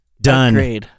done